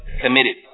committed